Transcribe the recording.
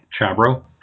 Chabro